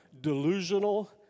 delusional